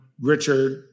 Richard